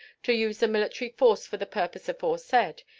to use the military force for the purpose aforesaid,